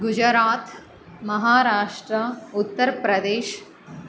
Gujarat Maharashtra Uttar Pradesh